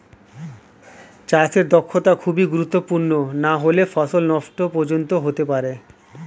চাষে দক্ষতা খুবই গুরুত্বপূর্ণ নাহলে ফসল নষ্ট পর্যন্ত হতে পারে